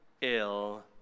ill